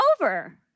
over